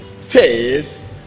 Faith